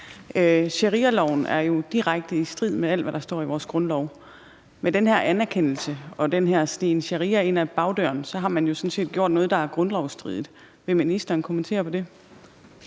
Sharialoven er jo direkte i strid med alt, hvad der står i vores grundlov. Med den her anerkendelse og den her snigen sharia ind ad bagdøren har man jo sådan set gjort noget, der er grundlovsstridigt. Vil ministeren kommentere på det?